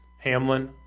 Hamlin